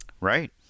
Right